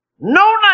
No